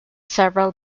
several